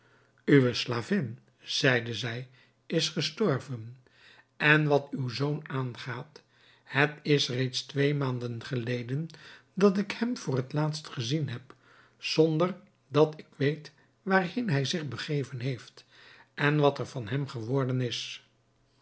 uwe slavin zeide zij is gestorven en wat uw zoon aangaat het is reeds twee maanden geleden dat ik hem voor het laatst gezien heb zonder dat ik weet waarheen hij zich begeven heeft en wat er van hem geworden is